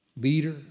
leader